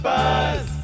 Buzz